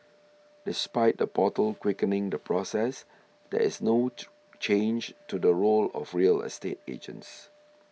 despite the portal quickening the process there is no change to the role of real estate agents